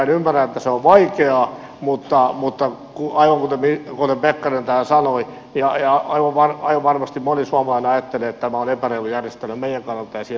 ymmärrän että se on vaikeaa mutta aivan kuten pekkarinen täällä sanoi ja aivan varmasti moni suomalainen ajattelee tämä on epäreilu järjestelmä meidän kannaltamme ja siihen tarvitaan muutosta